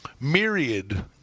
Myriad